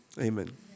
Amen